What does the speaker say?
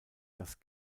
das